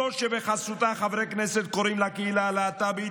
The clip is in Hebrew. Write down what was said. זו שבחסותה חברי כנסת קוראים לקהילה הלהט"בית